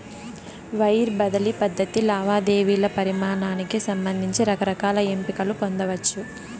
wire బదిలీ పద్ధతి లావాదేవీల పరిమానానికి సంబంధించి రకరకాల ఎంపికలు పొందచ్చు